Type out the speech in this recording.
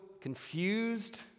confused